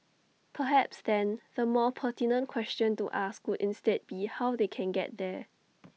perhaps then the more pertinent question to ask would instead be how they can get there